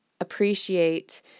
appreciate